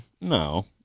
No